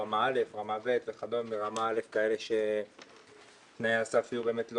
אבל כשאני לוקח הנדסאית להנדסאית,